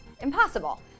impossible